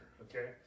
okay